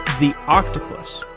the octopus,